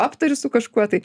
aptari su kažkuo tai